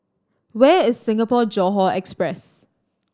where is Singapore Johore Express